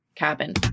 Cabin